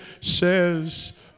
Says